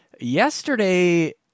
Yesterday